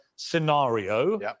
scenario